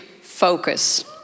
Focus